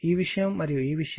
ఈ విషయం మరియు ఈ విషయం